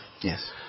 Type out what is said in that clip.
Yes